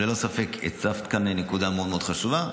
אבל ללא ספק את הצבת כאן נקודה מאוד מאוד חשובה,